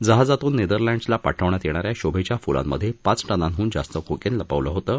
जहाजातून नेदरलँडसला पाठवण्यात येणाऱ्या शोभेच्या फुलांमधे पाच टनांहून जास्त कोकेन लपवलं होतं